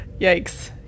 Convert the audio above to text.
Yikes